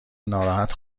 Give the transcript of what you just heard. ناراحت